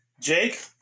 Jake